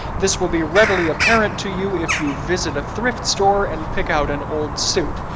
this will be readily apparent to you if you visit a thrift store and pick out an old suit.